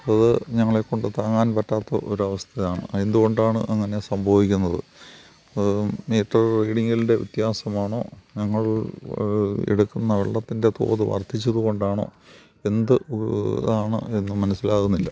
അത് ഞങ്ങളെക്കൊണ്ട് താങ്ങാൻ പറ്റാത്ത ഒരു അവസ്ഥയാണ് എന്തുകൊണ്ടാണ് അങ്ങനെ സംഭവിക്കുന്നത് അത് മീറ്റർ റീഡിങ്ങൽൻ്റെ വ്യത്യാസമാണോ ഞങ്ങൾ എടുക്കുന്ന വെള്ളത്തിൻ്റെ തോത് വർദ്ധിച്ചതുകൊണ്ടാണോ എന്ത് ആണ് എന്ന് മനസ്സിലാവുന്നില്ല